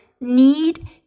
need